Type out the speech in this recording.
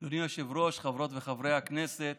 היושב-ראש, חברות וחברי הכנסת,